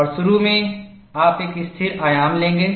और शुरू में आप एक स्थिर आयाम लेंगे